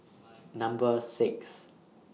Number six